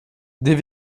des